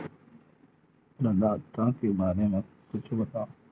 प्रदाता के बारे मा कुछु बतावव?